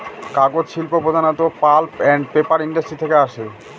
কাগজ শিল্প প্রধানত পাল্প আন্ড পেপার ইন্ডাস্ট্রি থেকে আসে